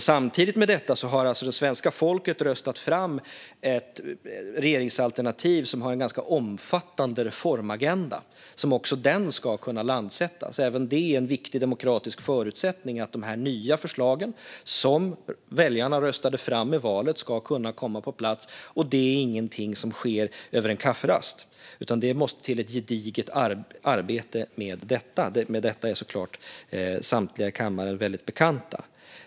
Samtidigt med detta har svenska folket röstat fram ett regeringsalternativ med en ganska omfattande reformagenda som också ska kunna landsättas. Även det är en viktig demokratisk förutsättning. De nya förslag som väljarna röstade fram i valet ska kunna komma på plats, och det är ingenting som sker över en kafferast. Det måste till ett gediget arbete. Med detta är såklart samtliga i kammaren väldigt bekanta.